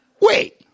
wait